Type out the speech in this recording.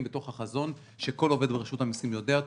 בתוך החזון שכל עובד ברשות המסים יודע אותו,